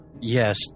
Yes